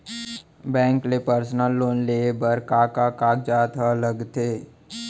Bank ले personal loan लेये बर का का कागजात ह लगथे?